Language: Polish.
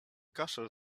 kaszel